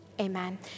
amen